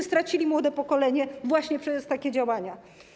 Straciliście młode pokolenie właśnie przez takie działania.